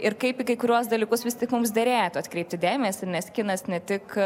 ir kaip į kai kuriuos dalykus vis tik mums derėtų atkreipti dėmesį nes kinas ne tik